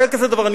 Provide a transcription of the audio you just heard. היה כזה דבר.